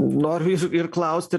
noriu ir klausti